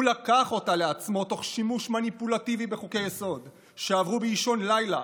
הוא לקח אותה לעצמו תוך שימוש מניפולטיבי בחוקי-יסוד שעברו באישון לילה,